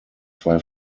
zwei